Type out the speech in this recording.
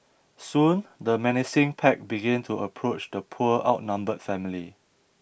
soon the menacing pack begin to approach the poor outnumbered family